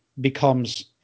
becomes